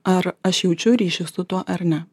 ar aš jaučiu ryšį su tuo ar ne